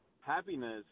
happiness